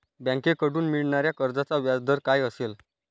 बँकेकडून मिळणाऱ्या कर्जाचा व्याजदर काय असेल?